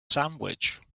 sandwich